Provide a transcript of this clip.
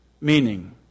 meaning